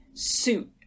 suit